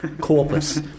corpus